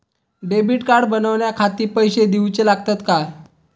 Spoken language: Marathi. डेबिट कार्ड बनवण्याखाती पैसे दिऊचे लागतात काय?